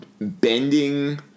bending